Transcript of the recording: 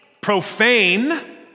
Profane